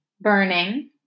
burning